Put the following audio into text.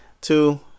two